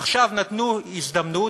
עכשיו נתנו הזדמנות,